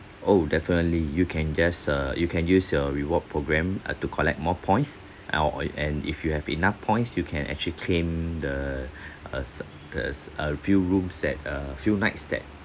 oh definitely you can just err you can use your reward program uh to collect more points or and if you have enough points you can actually claim the uh uh a few rooms that a few nights that